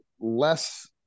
less